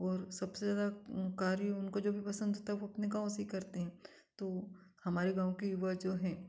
और सबसे ज़्यादा हुनकारी उनको जो भी पसंद होता है वह अपने गाँव से ही करते हैं तो हमारे गाँव के युवा जो हैं